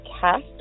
cast